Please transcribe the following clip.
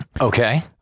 Okay